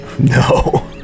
No